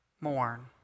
mourn